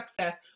success